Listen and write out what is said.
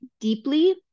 deeply